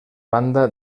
banda